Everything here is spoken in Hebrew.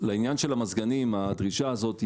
של המזגנים הדרישה הזאת,